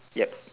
ya